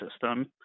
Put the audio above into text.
system